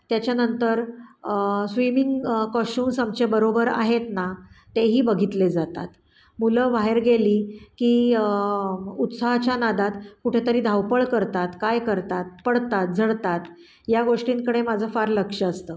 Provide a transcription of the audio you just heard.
त्याच्यानंतर swimming costumes आमचे बरोबर आहेत ना तेही बघितले जातात मुलं बाहेर गेली की उत्साहाच्या नादात कुठेतरी धावपळ करतात काय करतात पडतात झडतात या गोष्टींकडे माझं फार लक्ष असतं